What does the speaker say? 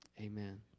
Amen